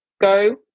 go